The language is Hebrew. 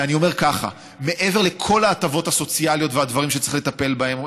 ואני אומר ככה: מעבר לכל ההטבות הסוציאליות והדברים שצריך לטפל בהם,